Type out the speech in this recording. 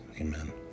Amen